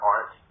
Art